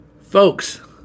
Folks